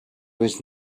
was